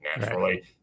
naturally